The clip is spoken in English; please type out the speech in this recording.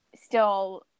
still-